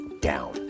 down